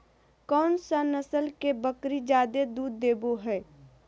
कौन सा नस्ल के बकरी जादे दूध देबो हइ?